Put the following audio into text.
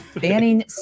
Banning